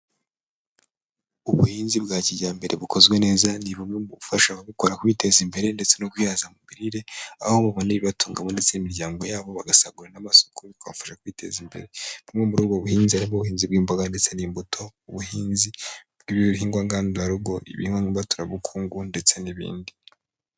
Ubuhinzi bwa kijyambere bukozwe neza ni bumwe mu bufasha ababukora kwiteza imbere ndetse no kwihaza mu mirire aho batunga ndetse n'imiryango yabo bagasagura n'amasoko bibafasha kwiteza imbere. Bumwe muri ubwo buhinzi ni ubuhinzi bw'imboga ndetse n'imbuto, ubuhinzi bw'ibihingwa ngandudarugo, ibihingwa mbaturarabukungu ndetse n'ibindi.